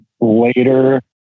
later